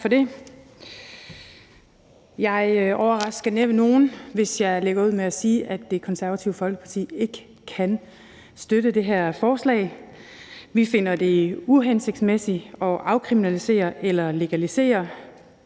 Tak for det. Jeg overrasker næppe nogen, hvis jeg lægger ud med at sige, at Det Konservative Folkeparti ikke kan støtte det her forslag. Vi finder det uhensigtsmæssigt at afkriminalisere eller legalisere